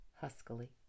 huskily